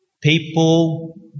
People